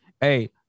Hey